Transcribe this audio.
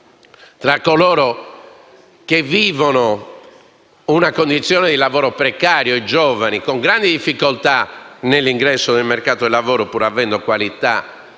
tra coloro che vivono una condizione di lavoro precario - i giovani - e incontrano grandi difficoltà nell'ingresso del mercato del lavoro pur avendo qualità